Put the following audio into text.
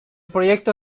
proyecto